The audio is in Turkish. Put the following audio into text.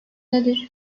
nedir